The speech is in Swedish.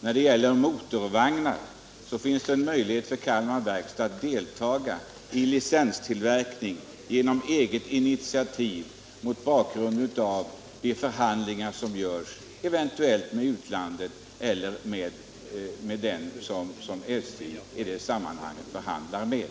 När det gäller motorvagnar finns det en möjlighet för Kalmar Verkstad att delta i licenstillverkning genom eget initiativ, mot bakgrund av de förhandlingar som eventuellt förs med utlandet eller med dem som SJ i detta sammanhang förhandlar med.